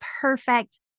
perfect